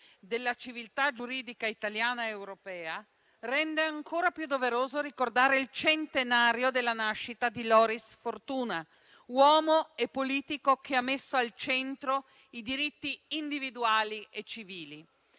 della civiltà giuridica italiana ed europea rende ancora più doveroso ricordare il centenario della nascita di Loris Fortuna, uomo e politico che ha messo al centro i diritti individuali e civili.